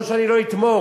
לא שאני לא אתמוך,